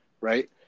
right